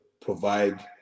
provide